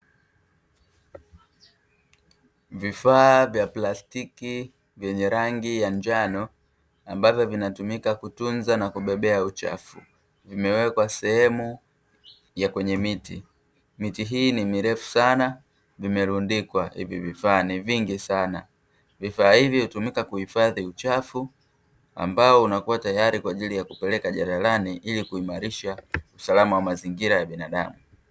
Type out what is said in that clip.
Vifaa vya plastiki vyenye rangi ya njano ambavyo vinatumika kutunza na kubebea uchafu vimewekwa sehemu ya kwenye miti. Miti hii ni mirefu sana vimerundikwa hivi vifaa ni vingi sana, vifaa hivi hutumika kuhifadhi uchafu ambao unakua tayari kwa ajili ya kupeleka jalalani ili kuimarisha usalama wa mazingira na binadamu.